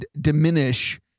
diminish